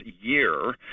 year